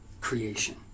creation